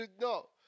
no